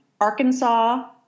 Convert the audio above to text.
Arkansas